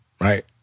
right